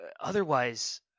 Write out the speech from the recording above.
otherwise